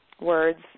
words